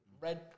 Red